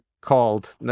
called